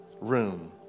room